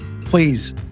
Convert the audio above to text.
please